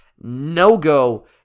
no-go